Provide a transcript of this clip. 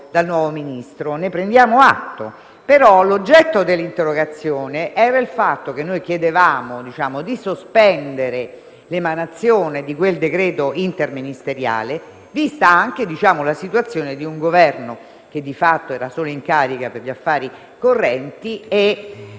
quel decreto interministeriale, vista anche la situazione di un Governo che, di fatto, era in carica solo per gli affari correnti;